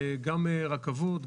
גם רכבות,